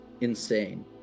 insane